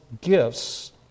gifts